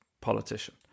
politician